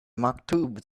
maktub